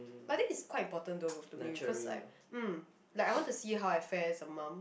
but I think it's quite important to to me because it's like mm like I want to see how I fare as a mum